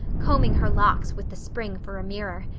combing her locks with the spring for a mirror.